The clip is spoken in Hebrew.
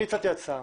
אני הצעתי הצעה